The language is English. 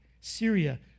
Syria